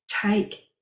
Take